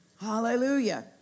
Hallelujah